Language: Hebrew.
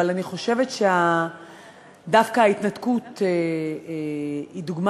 אבל אני חושבת שדווקא ההתנתקות היא דוגמה